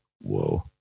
whoa